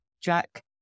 Jack